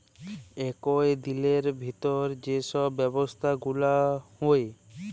একই দিলের ভিতর যেই সব ব্যবসা গুলা হউ